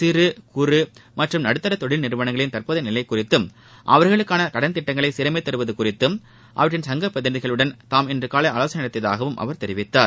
சிறு குறு மற்றும் நடுத்தர தொழில் நிறுவனங்களின் தற்போதைய நிலை குறித்தும் அவர்களுக்கான கடன் திட்டங்களை சீரமைத்து தருவது குறித்தும் அவற்றின் சங்க பிரதிநிதிகளுடன் தாம் இன்று காலை ஆலோசனை நடத்தியுதாகவும் அவர் தெரிவித்தார்